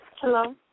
Hello